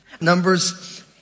Numbers